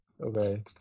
Okay